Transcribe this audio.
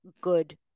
good